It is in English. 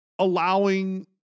Allowing